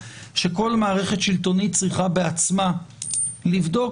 שכל מערכת שלטונית צריכה בעצמה לבדוק